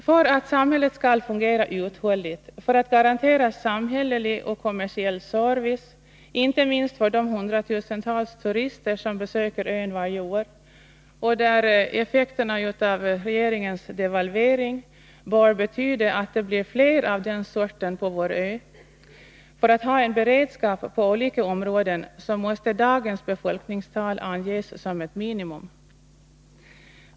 För att samhället skall fungera uthålligt, för att garantera samhällelig och kommersiell service, inte minst för de hundratusentals turister som besöker ön varje år och där effekterna av regeringens devalvering bör betyda att det blir fler av den sorten på vår ö, samt för att ha en beredskap på olika områden måste dagens befolkningstal anses som ett minimum.